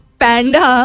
panda